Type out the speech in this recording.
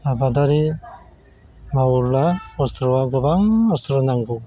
आबादारि मावोब्ला अस्ट्रआ गोबां अस्ट्र नांगौ